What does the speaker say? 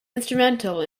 instrumental